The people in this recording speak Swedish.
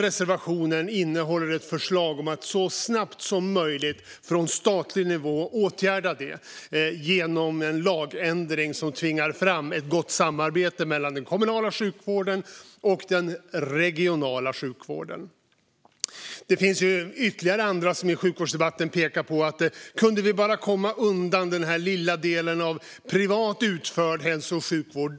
Reservationen innehåller ett förslag om att så snabbt som möjligt åtgärda detta från statlig nivå, genom en lagändring som tvingar fram ett gott samarbete mellan den kommunala sjukvården och den regionala sjukvården. Det finns ytterligare andra som i sjukvårdsdebatten pekar på att allt skulle lösa sig om vi bara kunde komma undan den lilla delen privat utförd hälso och sjukvård.